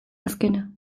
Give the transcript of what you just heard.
azkena